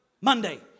Monday